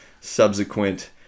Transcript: subsequent